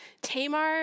Tamar